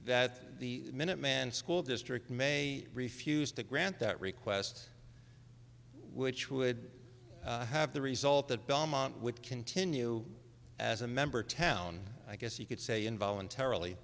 that the minuteman school district may refuse to grant that request which would have the result that belmont would continue as a member town i guess you could say in voluntarily